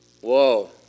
Whoa